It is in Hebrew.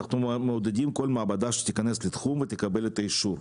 אנחנו מעודדים כל מעבדה שתיכנס לתחום ותקבל את האישור.